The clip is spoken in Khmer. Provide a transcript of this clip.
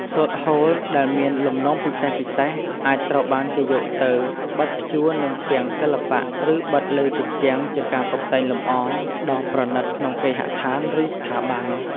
សូត្រហូលដែលមានលំនាំពិសេសៗ អាចត្រូវបានគេយកទៅបិតភ្ជួរនឹងផ្ទាំងសិល្បៈ ឬបិទលើជញ្ជាំងជាការតុបតែងលម្អដ៏ប្រណីតក្នុងគេហដ្ឋាន ឬស្ថាប័ន។